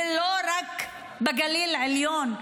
ולא רק בגליל העליון,